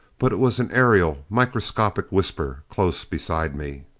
but it was an aerial, microscopic whisper close beside me.